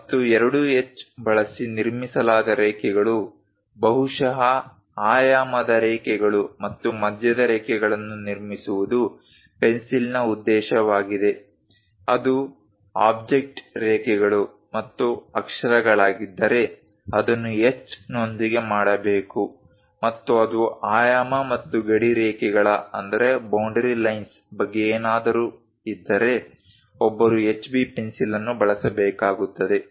ಮತ್ತು 2H ಬಳಸಿ ನಿರ್ಮಿಸಲಾದ ರೇಖೆಗಳು ಬಹುಶಃ ಆಯಾಮದ ರೇಖೆಗಳು ಮತ್ತು ಮಧ್ಯದ ರೇಖೆಗಳನ್ನು ನಿರ್ಮಿಸುವುದು ಪೆನ್ಸಿಲ್ನ ಉದ್ದೇಶವಾಗಿದೆ ಅದು ಆಬ್ಜೆಕ್ಟ್ ರೇಖೆಗಳು ಮತ್ತು ಅಕ್ಷರಗಳಾಗಿದ್ದರೆ ಅದನ್ನು H ನೊಂದಿಗೆ ಮಾಡಬೇಕು ಮತ್ತು ಅದು ಆಯಾಮ ಮತ್ತು ಗಡಿ ರೇಖೆಗಳ ಬಗ್ಗೆ ಏನಾದರೂ ಇದ್ದರೆ ಒಬ್ಬರು HB ಪೆನ್ಸಿಲ್ ಅನ್ನು ಬಳಸಬೇಕಾಗುತ್ತದೆ